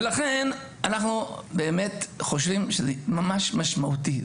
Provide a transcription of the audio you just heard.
אנחנו באמת חושבים שזה ממש משמעותי.